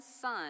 son